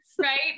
right